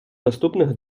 наступних